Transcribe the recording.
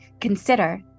consider